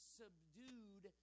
subdued